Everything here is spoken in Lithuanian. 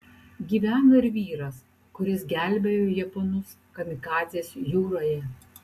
gyveno ir vyras kuris gelbėjo japonus kamikadzes jūroje